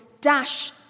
dash